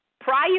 prior